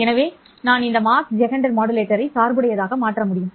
எனவே நான் இந்த மாக் ஜெஹெண்டர் மாடுலேட்டரை சார்புடையதாக மாற்ற முடியும்